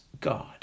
God